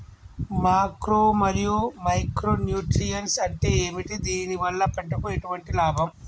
Macro మరియు micro nutrients అంటే ఏమిటి? దీనివల్ల పంటకు ఎటువంటి లాభం?